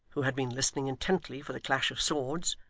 who had been listening intently for the clash of swords,